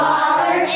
Father